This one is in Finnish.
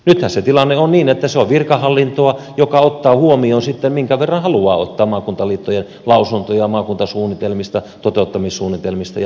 nythän se tilanne on niin että se on virkahallinto joka ottaa huomioon sitten minkä verran haluaa ottaa maakuntaliittojen lausuntoja maakuntasuunnitelmista toteuttamissuunnitelmista ja näin edelleen